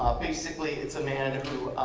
basically, it's a man who